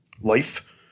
life